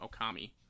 Okami